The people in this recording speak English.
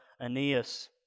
Aeneas